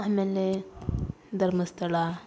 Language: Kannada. ಆಮೇಲೇ ಧರ್ಮಸ್ಥಳ